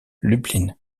lublin